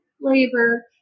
labor